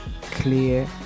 clear